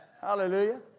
Hallelujah